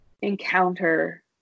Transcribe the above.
encounter